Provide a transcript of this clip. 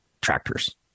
tractors